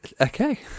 Okay